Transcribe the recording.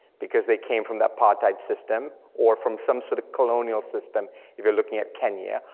because they came from the apartheid system, or from some sort of colonial system if you're looking at kenya,